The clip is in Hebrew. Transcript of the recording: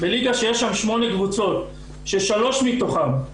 בליגה שיש שם שמונה קבוצות ששלוש מתוכן,